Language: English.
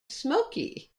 smokey